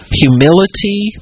humility